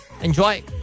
Enjoy